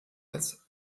als